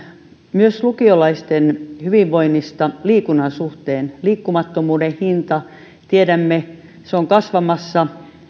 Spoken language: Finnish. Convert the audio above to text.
myös lukiolaisten hyvinvoinnista liikunnan suhteen tiedämme että liikkumattomuuden hinta on kasvamassa